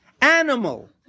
animal